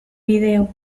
video